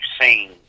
seen